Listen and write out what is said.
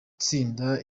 atsinda